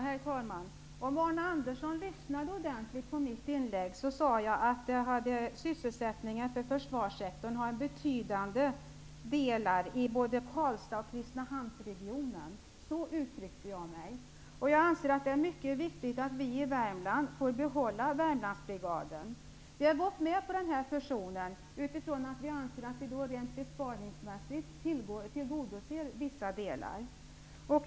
Herr talman! Om Arne Andersson hade lyssnat ordentligt på mitt inlägg skulle han ha hört att jag sade att försvarssektorn svarar för betydande delar av sysselsättningen inom Karlstads och Kristinehamnsregionen. Så uttryckte jag mig. Jag anser att det är mycket viktigt att vi i Värmland får behålla Värmlandsbrigaden. Vi har gått med på fusionen därför att vi anser att vi rent besparingsmässigt därmed tillgodoser vissa delar.